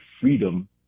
freedom